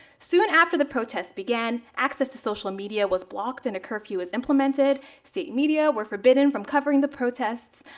soon after the protests began, access to social media was blocked and a curfew was implemented. state media were forbidden from covering the protests.